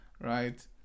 right